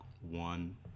one